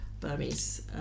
Burmese